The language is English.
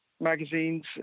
magazines